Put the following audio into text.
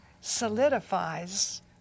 solidifies